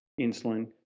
insulin